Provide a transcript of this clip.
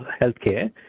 healthcare